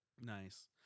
Nice